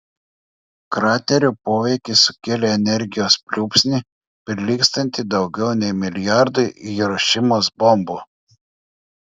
kraterio poveikis sukėlė energijos pliūpsnį prilygstantį daugiau nei milijardui hirošimos bombų